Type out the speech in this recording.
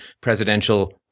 presidential